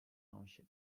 township